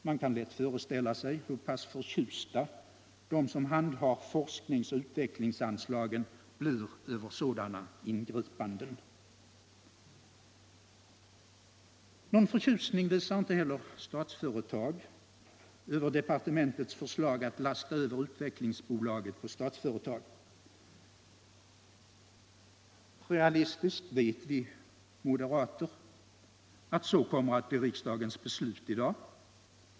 Man kan lätt föreställa sig hur pass förtjusta de som handhar forsknings och utvecklingsanslagen blir över sådana ingripanden. Någon förtjusning visar inte heller Statsföretag över departementets förslag att lasta över Utvecklingsaktiebolaget på Statsföretag. Realistiskt vet vi moderater att så kommer att bli riksdagens beslut i dag.